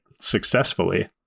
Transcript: successfully